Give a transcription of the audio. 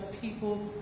people